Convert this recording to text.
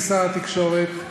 כשר התקשורת,